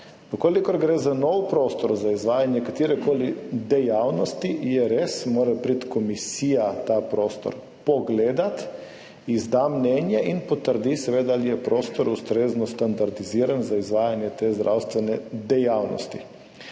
izda. Če gre za nov prostor za izvajanje katerekoli dejavnosti, je res, mora priti komisija ta prostor pogledati, nato izda mnenje in potrdi seveda, ali je prostor ustrezno standardiziran za izvajanje te zdravstvene dejavnosti.